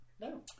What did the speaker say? no